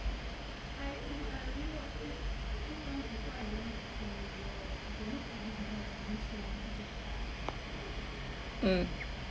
mm